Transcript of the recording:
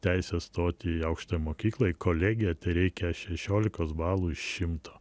teisę stoti į aukštąją mokyklą į kolegiją tereikia šešiolikos balų iš šimto